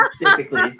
specifically